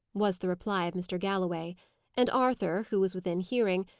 was the reply of mr. galloway and arthur, who was within hearing,